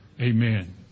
Amen